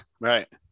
Right